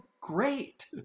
great